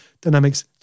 Dynamics